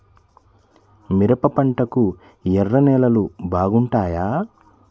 మిరప పంటకు ఎర్ర నేలలు బాగుంటాయా?